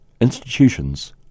institutions